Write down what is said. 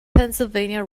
pennsylvania